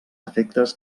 efectes